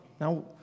Now